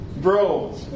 bro